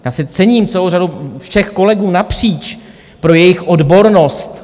Já si cením celé řady všech kolegů napříč pro jejich odbornost.